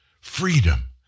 Freedom